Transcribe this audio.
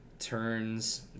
turns